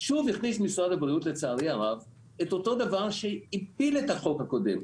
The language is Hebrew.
שוב הכניס משרד הבריאות לצערי הרב את אותו דבר שהפיל את החוק הקודם,